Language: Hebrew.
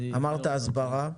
אמרת הסברה.